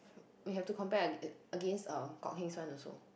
we have to compare against um Kok-Heng's one also